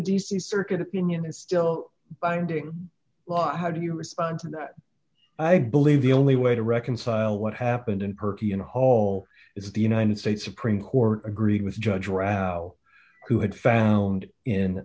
c circuit opinion is still i'm doing well how do you respond to that i believe the only way to reconcile what happened and perky in the hall is the united states supreme court agreed with judge raul who had found in